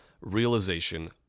realization